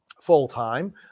full-time